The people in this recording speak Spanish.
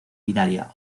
binaria